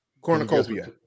Cornucopia